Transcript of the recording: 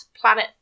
Planet